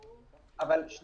אבל אני השר.